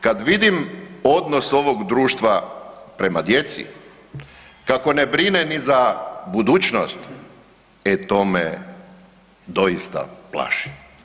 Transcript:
Kad vidim odnos ovog društva prema djeci, kako ne brine ni za budućnost, e tome doista plaši.